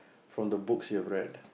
from the books you have read